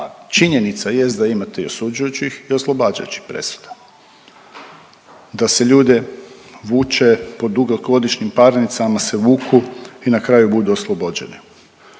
činjenica jest da imate i osuđujućih i oslobađajućih presuda, da se ljude vuče po dugogodišnjim parnicama se vuku i na kraju budu oslobođeni.